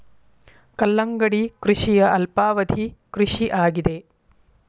ಕಲ್ಲಂಗಡಿ ಕೃಷಿಯ ಅಲ್ಪಾವಧಿ ಕೃಷಿ ಆಗಿದೆ